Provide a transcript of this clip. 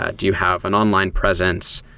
ah do you have an online presence?